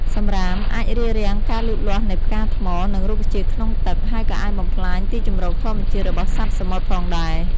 សំរាមអាចរារាំងការលូតលាស់នៃផ្កាថ្ម និងរុក្ខជាតិក្នុងទឹក ហើយក៏អាចបំផ្លាញទីជម្រកធម្មជាតិរបស់សត្វសមុទ្រផងដែរ។